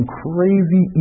crazy